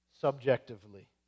subjectively